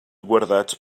guardats